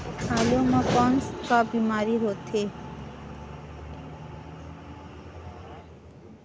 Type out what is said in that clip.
आलू म कौन का बीमारी होथे?